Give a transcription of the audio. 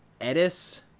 Edis